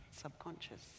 subconscious